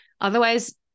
otherwise